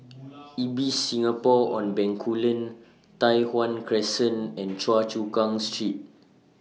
Ibis Singapore on Bencoolen Tai Hwan Crescent and Choa Chu Kang Street